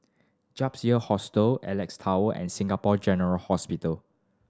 Year Hostel Alex Tower and Singapore General Hospital